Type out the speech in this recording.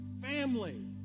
family